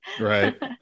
right